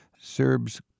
Serbs